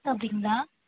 அப்படிங்களா